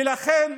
ולכן,